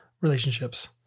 relationships